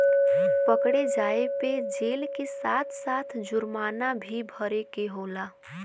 पकड़े जाये पे जेल के साथ साथ जुरमाना भी भरे के होला